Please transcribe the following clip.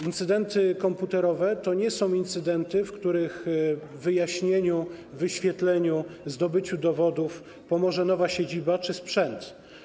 Incydenty komputerowe to nie są incydenty, w których wyjaśnieniu, prześwietleniu, w zdobyciu dowodów pomoże nowa siedziba czy sprzęt.